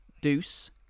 Deuce